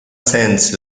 sends